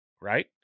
right